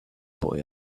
boy